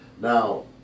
Now